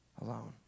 Alone